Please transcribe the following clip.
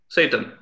Satan